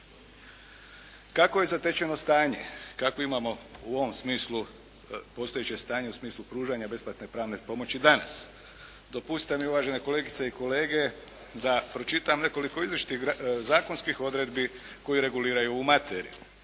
Kako je zatečeno stanje, kakvo imamo u ovom smislu postojeće stanje u smislu pružanja besplatne pravne pomoći danas? Dopustite mi uvažena kolegice i kolege da pročitam nekoliko izričitih zakonskih odredbi koje reguliraju ovu materiju.